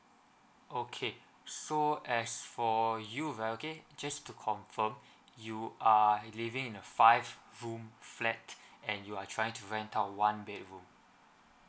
okay so as for you okay just to confirm you are living in a five room flat and you are trying to rent out one bedroom